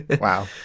Wow